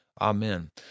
Amen